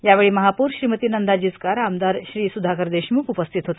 यावेळी महापौर श्रीमती नंदा जिचकार आमदार श्री सुधाकर देशमुख उपस्थित होते